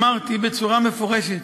אמרתי בצורה מפורשת,